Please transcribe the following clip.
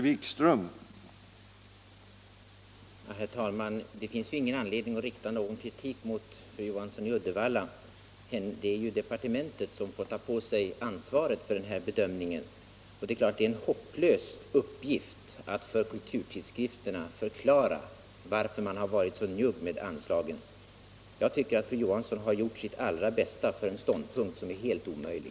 Herr talman! Det finns ingen anledning att rikta någon kritik mot fru Johansson i Uddevalla. Det är ju departementet som får ta på sig ansvaret för den bedömning som gjorts. Det är självfallet en hopplös uppgift att för kulturtidskrifterna förklara varför man varit så njugg med anslagen. Jag tycker att fru Johansson har gjort sitt allra bästa för en ståndpunkt som är helt omöjlig.